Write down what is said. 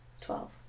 Twelve